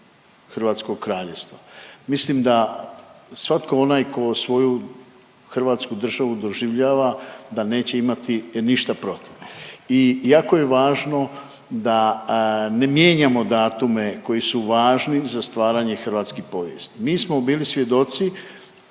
Hrvatskog kraljevstva. Mislim da svatko onaj tko svoju Hrvatsku državu doživljava, da neće imati ništa protiv i jako je važno da ne mijenjamo datume, koji su važni za stvaranje hrvatske povijesti. Mi smo bili svjedoci